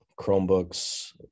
Chromebooks